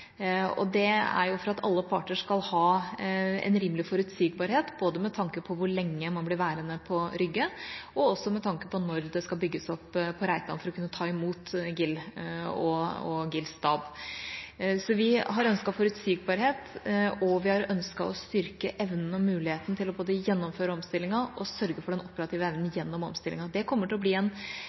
Det er for at alle parter skal ha en rimelig forutsigbarhet, både med tanke på hvor lenge man blir værende på Rygge, og også med tanke på når det skal bygges opp på Reitan for å kunne ta imot GIL og GILs stab. Så vi har ønsket forutsigbarhet, og vi har ønsket å styrke evnen og muligheten til både å gjennomføre omstillinga og å sørge for den operative evnen gjennom omstillinga. Det kommer til å bli